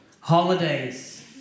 Holidays